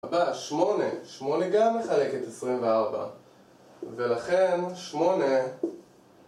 הבא, שמונה. שמונה גם מחלק את עשרים וארבע. ולכן, לכן..שמונה...